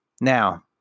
Now